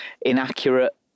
inaccurate